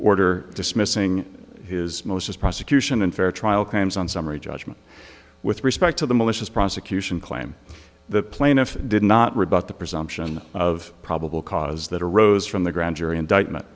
order dismissing his most as prosecution unfair trial claims on summary judgment with respect to the malicious prosecution claim the plaintiff did not rebut the presumption of probable cause that arose from the grand jury indictment